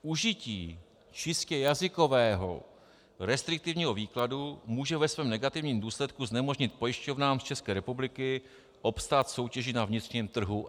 Užití čistě jazykového restriktivního výkladu může ve svém negativním důsledku znemožnit pojišťovnám z České republiky obstát v soutěži na vnitřním trhu EU.